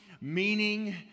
meaning